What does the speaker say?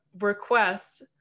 request